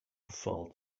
felt